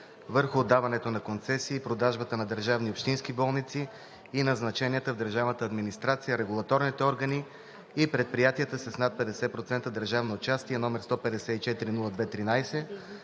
върху отдаването на концесии, продажбата на държавни и общински болници и назначенията в държавната администрация, регулаторните органи и предприятията с над 50% държавно участие, № 154-02-13,